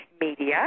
media